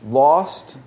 lost